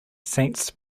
saints